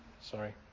Sorry